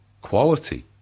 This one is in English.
quality